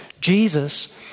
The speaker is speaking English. Jesus